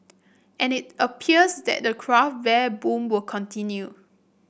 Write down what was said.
and it appears that the craft bear boom will continue